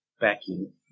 backing